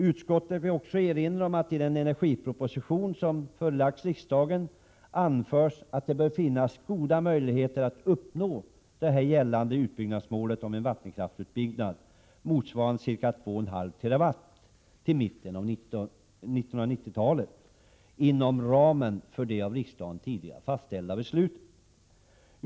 Utskottet vill nu erinra om att i den energiproposition som förelagts riksdagen anförs att det bör finnas goda möjligheter att uppnå gällande utbyggnadsmål om en vattenkraftsutbyggnad motsvarande minst 2,5 TWh per år till mitten av 1990-talet inom ramen för de av riksdagen tidigare fastställda riktlinjerna.